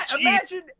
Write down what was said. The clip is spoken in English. Imagine